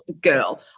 Girl